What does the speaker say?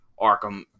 Arkham